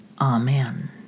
amen